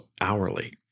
hourly